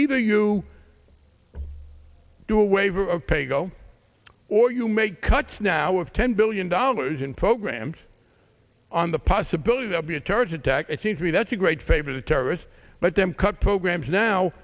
either you do a waiver a pay go or you make cuts now with ten billion dollars in programs on the possibility that be a terrorist attack it seems to me that's a great favor to terrorists but then cut programs now